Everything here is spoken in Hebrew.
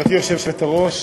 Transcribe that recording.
גברתי היושבת-ראש,